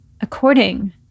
according